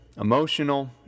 emotional